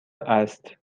است